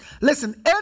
Listen